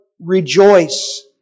rejoice